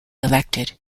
elected